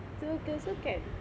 two also can